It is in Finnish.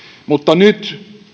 mutta nyt